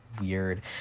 weird